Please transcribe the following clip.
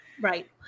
Right